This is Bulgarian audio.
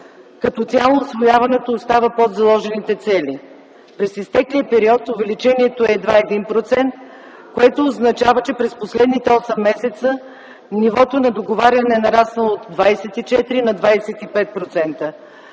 „Като цяло усвояването остава под заложените цели през изтеклия период. Увеличението е едва 1%, което означава, че през последните осем месеца нивото на договаряне е нараснало от 24 на 25%.